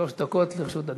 שלוש דקות לרשות אדוני.